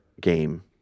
game